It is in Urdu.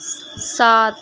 سات